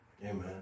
Amen